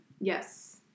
Yes